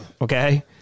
okay